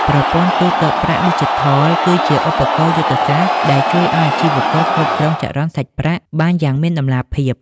ប្រព័ន្ធ ទូទាត់ប្រាក់ឌីជីថលគឺជាឧបករណ៍យុទ្ធសាស្ត្រដែលជួយឱ្យអាជីវករគ្រប់គ្រងចរន្តសាច់ប្រាក់បានយ៉ាងមានតម្លាភាព។